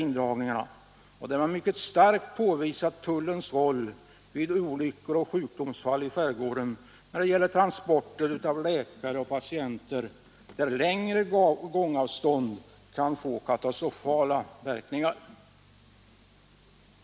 Man har där mycket starkt påvisat tullens roll när det gäller transporter av läkare och patienter vid olyckor och sjukdomsfall i skärgården, där längre gångavstånd kan få katastrofala verkningar.